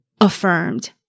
affirmed